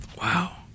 Wow